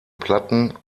platten